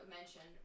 mention